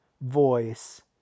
voice